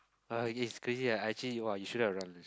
ah is crazy ah actually !woah! you shouldn't have run